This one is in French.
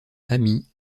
amis